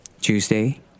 Tuesday